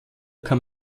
kann